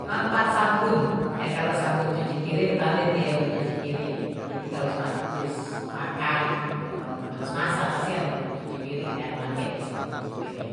Manfaat sabun ya kalau sabun cuci piring ketahuan deh tuh ye buat cuci piring kite kalo makan habis masak pastikan perut cuci piring kan pakai tuh sabun cuci piring